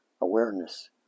awareness